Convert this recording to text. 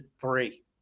three